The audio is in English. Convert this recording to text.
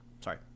Sorry